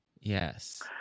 yes